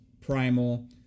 Primal